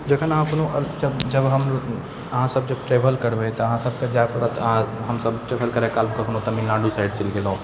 जखन अहाँ कोनो जब हम अहाँसब जब ट्रैवल करबै तऽ अहाँसबके जाइ पड़त आओर हमसब ट्रैवल करै काल कखनो तमिलनाडु साइड चलि गेलहुँ